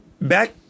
back